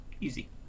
easy